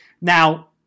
Now